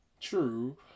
true